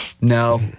No